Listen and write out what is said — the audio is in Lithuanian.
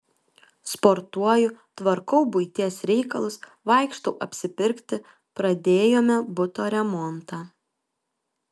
sportuoju tvarkau buities reikalus vaikštau apsipirkti pradėjome buto remontą